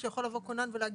או שיכול לבוא כונן עצמאי,